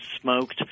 smoked